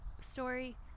story